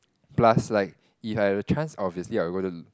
plus like if I have a chance of visit I will go to